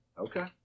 Okay